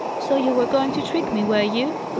so you were going to trick me, were you!